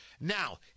Now